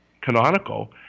canonical